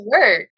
work